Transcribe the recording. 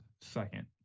second